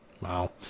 wow